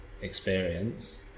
experience